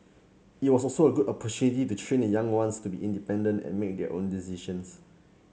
it was also a good opportunity to train the young ones to be independent and make their own decisions